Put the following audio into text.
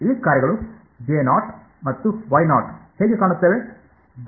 ಈ ಕಾರ್ಯಗಳು ಮತ್ತು ಹೇಗೆ ಕಾಣುತ್ತವೆ